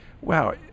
wow